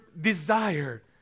desire